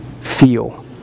Feel